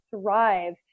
thrive